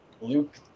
Luke